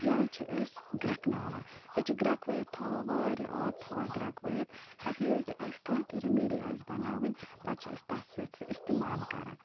یا چھِ أسۍ گرٛٮ۪کناوان أسۍ چھِ گرٛٮ۪کوٲیِتھ تھاوان واریاہ آب تھاوان گرٛٮ۪کوٲیِتھ پَتہٕ ییٚلہِ تہِ اَسہِ کانٛہہ تہِ ریٚمِڈی آسہِ بَناوٕنۍ پَتہٕ چھِ أسۍ تَتھ سۭتۍ سُہ استعمال کَران